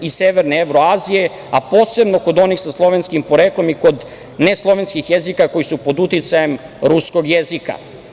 i severne Evroazije, a posebno kod onih sa slovenskim poreklom i kod neslovenskih jezika koji su pod uticajem ruskog jezika.